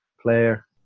player